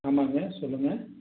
ஆமாம்ங்க சொல்லுங்கள்